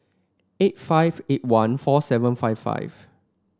eight five eight one four seven five five